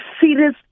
serious